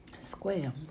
Square